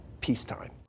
peacetime